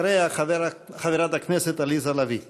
אחריה, חברת הכנסת עליזה לביא.